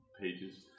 pages